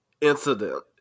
incident